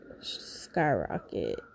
Skyrocket